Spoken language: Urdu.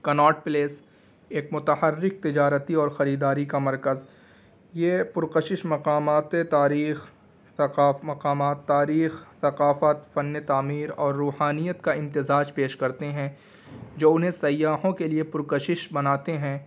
کناٹ پلیس ایک متحرک تجارتی اور خریداری کا مرکز یہ پرکشش مقاماتِ تاریخ مقامات تاریخ ثقافت فن تعمیر اور روحانیت کا امتزاج پیش کرتے ہیں جو انہیں سیاحوں کے لیے پرکشش بناتے ہیں